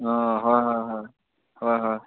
অঁ হয় হয় হয় হয় হয়